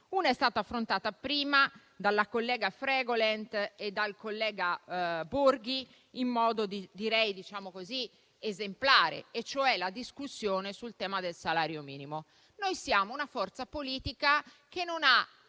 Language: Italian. prima è stata affrontata dalla collega Fregolent e dal collega Borghi in modo esemplare e riguarda la discussione sul tema del salario minimo. Noi siamo una forza politica che non ha